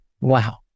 Wow